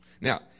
Now